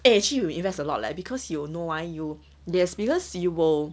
eh actually you invest a lot leh because you know why you there's because you will